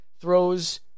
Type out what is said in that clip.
throws